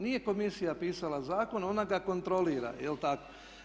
Nije komisija pisala zakon, ona ga kontrolira jel' tako.